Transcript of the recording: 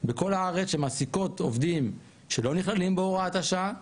שמעסיקות עובדים שלא נכללים בהוראת השעה,